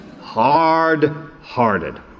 Hard-hearted